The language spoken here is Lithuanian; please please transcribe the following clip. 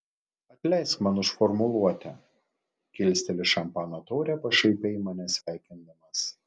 atleisk man už formuluotę kilsteli šampano taurę pašaipiai mane sveikindamas